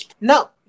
no